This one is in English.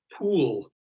pool